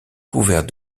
couvert